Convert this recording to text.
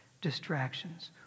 distractions